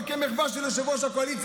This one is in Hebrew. אבל כמחווה של יושב-ראש הקואליציה,